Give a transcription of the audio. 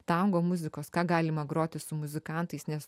tango muzikos ką galima groti su muzikantais nes